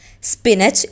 Spinach